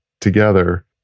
together